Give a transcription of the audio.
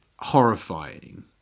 Horrifying